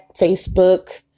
Facebook